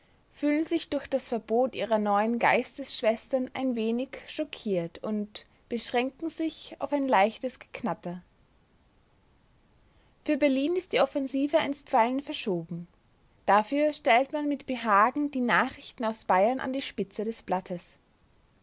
fühlen sich durch das verbot ihrer neun geistesschwestern ein wenig chockiert und beschränken sich auf ein leichtes geknatter für berlin ist die offensive einstweilen verschoben dafür stellt man mit behagen die nachrichten aus bayern an die spitze des blattes